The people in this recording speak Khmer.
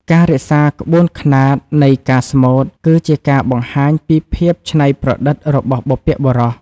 ការរក្សាក្បួនខ្នាតនៃការស្មូត គឺជាការបង្ហាញពីភាពច្នៃប្រឌិតរបស់បុព្វបុរស។